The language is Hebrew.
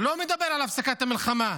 הוא לא מדבר על הפסקת המלחמה.